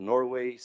Norway